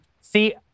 see